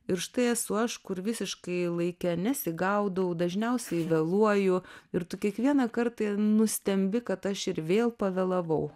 ir štai esu aš kur visiškai laike nesigaudau dažniausiai vėluoju ir tu kiekvieną kartą nustembi kad aš ir vėl pavėlavau